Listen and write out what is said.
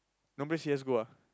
nobody C_S go ah